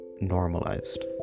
normalized